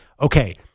Okay